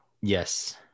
Yes